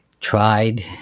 tried